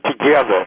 together